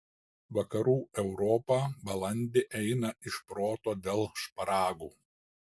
vakarų europa balandį eina iš proto dėl šparagų